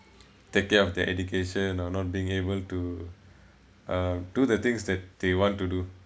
take care of their education or not being able to uh do the things that they want to do